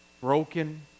broken